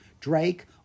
Drake